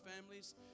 families